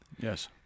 Yes